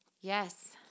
Yes